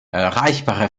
erreichbare